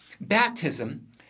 baptism